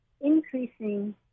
increasing